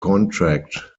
contract